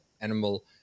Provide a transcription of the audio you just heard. animal